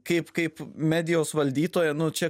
kaip kaip medijos valdytoja nu čia